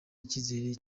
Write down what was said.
icyizere